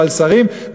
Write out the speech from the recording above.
ועל שרים,